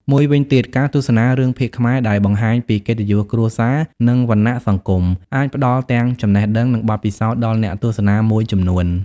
មួយវិញទៀត ការទស្សនារឿងភាគខ្មែរដែលបង្ហាញពី កិត្តិយសគ្រួសារ និង វណ្ណៈសង្គម អាចផ្ដល់ទាំងចំណេះដឹង និងបទពិសោធដល់អ្នកទស្សនាមួយចំនួន។